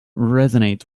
resonate